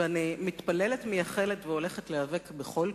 ואני מתפללת ומייחלת והולכת להיאבק בכל כוחי,